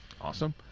Awesome